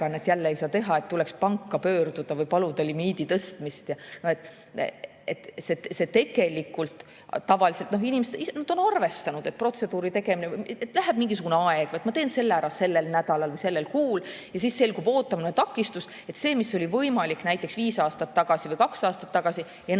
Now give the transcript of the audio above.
jälle ei saa teha, selleks tuleks panka pöörduda või paluda limiidi tõstmist. Tavaliselt inimesed on arvestanud, et protseduuri tegemiseks läheb mingisugune aeg, et ma teen selle ära sellel nädalal või sellel kuul, aga siis selgub ootamatu takistus, et see, mis oli võimalik näiteks viis aastat tagasi või kaks aastat tagasi, enam